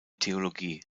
theologie